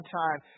time